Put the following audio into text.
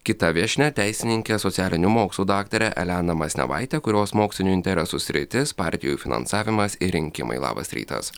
kita viešnia teisininkė socialinių mokslų daktarė elena masnevaitė kurios mokslinių interesų sritys partijų finansavimas ir rinkimai labas rytas